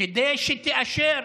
כדי שתאשר,